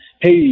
Hey